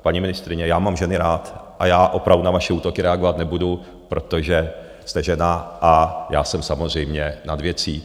Paní ministryně, já mám ženy rád a já opravdu na vaše útoky reagovat nebudu, protože jste žena, a já jsem samozřejmě nad věcí.